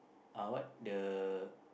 uh what the